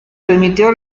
permitió